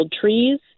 trees